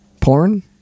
Porn